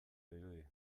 dirudi